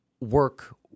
work